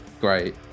great